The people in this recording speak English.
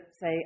say